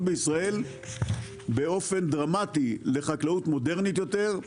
בישראל באופן דרמטי לחקלאות מודרנית יותר,